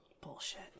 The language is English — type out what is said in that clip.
Bullshit